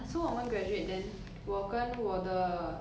so 我们 graduate then 我跟我的